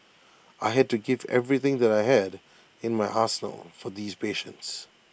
I had to give everything that I had in my arsenal for these patients